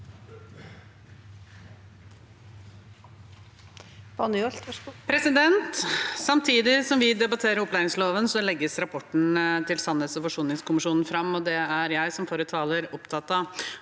Samtidig som vi debatterer opplæringsloven, legges rapporten til sannhets- og forsoningskommisjonen fram, og det er jeg, som forrige taler, opptatt av.